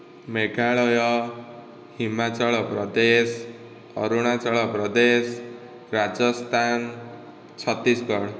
Meghalaya Himachal Pradesh Arunachal Pradesh Rajasthan Chhattisgarh